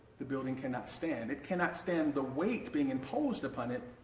the building cannot stand. it cannot stand the weight being imposed upon it.